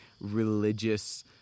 religious